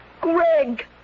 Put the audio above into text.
Greg